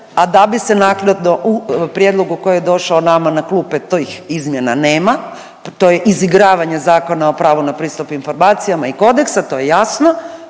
a da bi se naknadno u prijedlogu koji je došao nama na klupe tih izmjena nema, to je izigravanje Zakona o pravu na pristup informacijama i kodeksa, to je jasno.